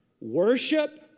Worship